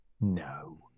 No